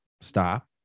Stop